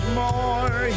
more